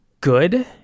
good